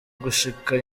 gucika